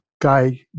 guy